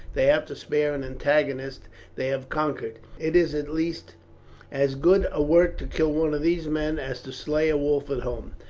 they have to spare an antagonist they have conquered. it is at least as good a work to kill one of these men as to slay a wolf at home.